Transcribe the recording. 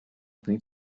ofni